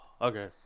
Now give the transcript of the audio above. Okay